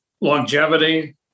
Longevity